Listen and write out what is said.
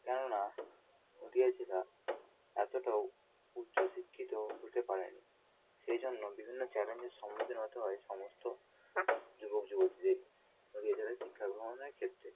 কেননা নদীয়া জেলা এতোটাও উচ্চ শিক্ষিত হতে পারে নি সেই জন্য বিভিন্ন চ্যালেঞ্জের সম্মুখীন হতে হয় সমস্ত যুবক যুবতিদেরই যে যারা শিক্ষা গ্রহণের ক্ষেত্রে